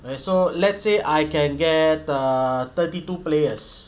okay so let's say I can get err thirty two players